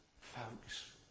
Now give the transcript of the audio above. folks